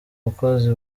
bakozi